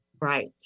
Right